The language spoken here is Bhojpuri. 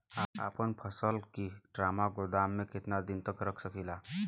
अपना फसल की ड्रामा गोदाम में कितना दिन तक रख सकीला?